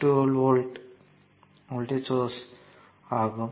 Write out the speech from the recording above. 12 volt voltage source ஆகும்